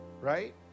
right